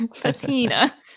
Patina